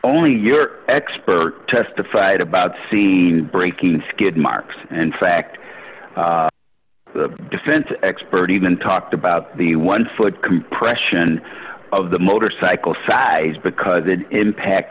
only your expert testified about scene breaking and skid marks and fact the defense expert even talked about the one foot compression of the motorcycle size because the impact